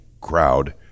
crowd